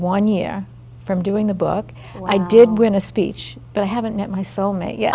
one year from doing the book and i did win a speech but i haven't met my soulmate y